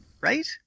Right